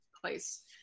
place